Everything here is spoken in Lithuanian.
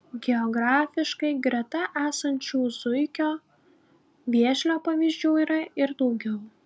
geografiškai greta esančių zuikio vėžlio pavyzdžių yra ir daugiau